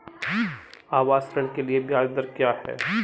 आवास ऋण के लिए ब्याज दर क्या हैं?